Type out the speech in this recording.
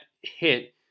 hit